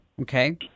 Okay